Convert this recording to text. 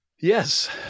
Yes